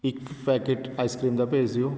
ਇੱਕ packet ice cream ਦਾ ਭੇਜ ਦਿਓ